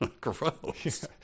Gross